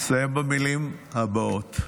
אסיים במילים הבאות: